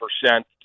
percent